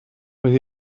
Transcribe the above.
with